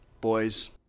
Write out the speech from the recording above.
boys